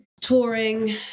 Touring